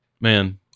man